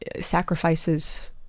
sacrifices